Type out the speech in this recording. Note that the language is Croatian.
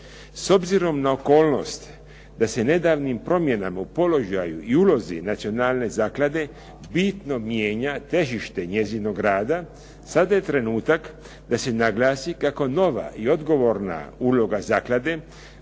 S obzirom na okolnost da se nedavnim promjenama u položaju i ulozi nacionalne zaklade bitno mijenja težište njezinog rada, sada je trenutak da se naglasi kako nova i odgovorna uloga zaklade,